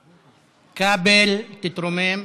כבל, תתרומם.